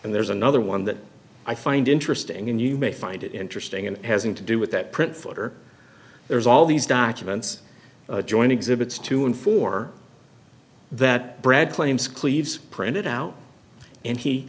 and there's another one that i find interesting and you may find it interesting and hasn't to do with that print footer there's all these documents join exhibits two and four that brad claims cleaves printed out and he